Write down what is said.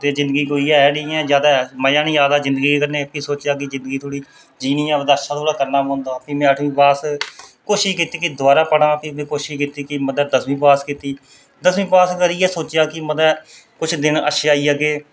ते जिंदगी कोई ऐ निं ऐ जद के मजा निं आ दा जिंदगी कन्नै भी सोचेआ कि जिंदगी थोह्ड़ी जीनी भी में अठमीं पास कोशिश कीती की दोबारै पढ़ां भी में कोशिश कीती मतलब दसमीं पास कीती दसमीं पास करियै सोचेआ मतलब किश दिन अच्छे आई जाह्गे